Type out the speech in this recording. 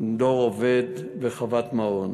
"דור אובד" ו"חוות מעון".